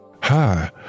Hi